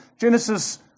Genesis